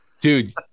Dude